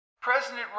President